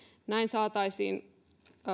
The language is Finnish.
näin saataisiin